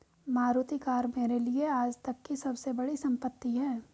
Maruti car मेरे लिए आजतक की सबसे बड़ी संपत्ति है